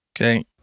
Okay